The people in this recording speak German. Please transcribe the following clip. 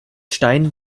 stein